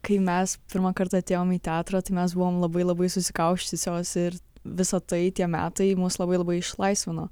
kai mes pirmą kartą atėjom į teatrą tai mes buvome labai labai susikausčiusios ir visa tai tie metai mus labai labai išlaisvino